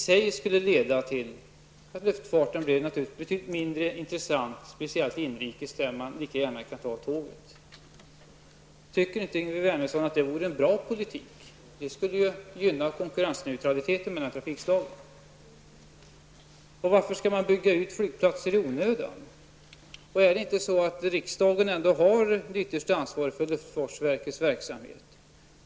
Detta skulle leda till att luftfarten blev mindre intressant, speciellt på de inrikessträckor där man lika gärna kan ta tåget. Tycker inte Yngve Wernersson att det vore en bra politik? Det skulle förbättra konkurrensneutraliteten mellan trafikslagen. Varför skall man bygga ut flygplatser i onödan? Är det ändå inte så att riksdagen ytterst har ansvaret för luftfartsverkets verksamhet?